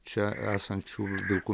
čia esančių vilkų